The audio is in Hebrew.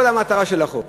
כל המטרה של החוק